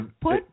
put